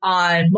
on